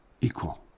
Equal